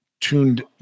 tuned